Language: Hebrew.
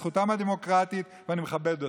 זכותם הדמוקרטית ואני מכבד אותה,